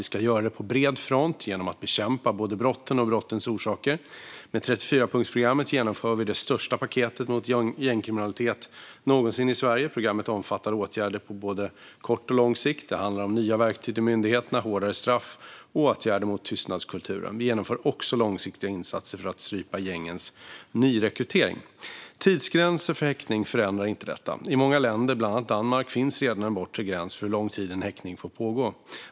Vi ska göra det på bred front genom att bekämpa både brotten och brottens orsaker. Med 34-punktsprogrammet genomför vi det största paketet mot gängkriminalitet någonsin i Sverige. Programmet omfattar åtgärder på både kort och lång sikt. Det handlar om nya verktyg till myndigheterna, hårdare straff och åtgärder mot tystnadskulturen. Vi genomför också långsiktiga insatser för att strypa gängens nyrekrytering. Tidsgränser för häktning förändrar inte detta. I många länder, bland annat Danmark, finns redan en bortre gräns för hur lång tid en häktning får pågå.